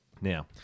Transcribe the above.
Now